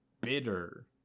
bitter